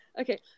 Okay